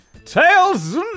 Tails